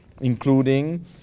including